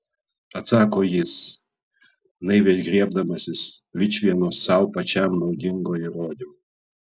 atsako jis naiviai griebdamasis vičvieno sau pačiam naudingo įrodymo